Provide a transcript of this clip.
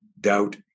doubt